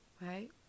right